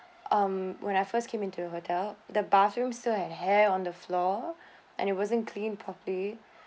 um when I first came into the hotel the bathroom still have hair on the floor and it wasn't cleaned properly